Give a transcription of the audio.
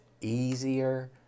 easier